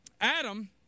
Adam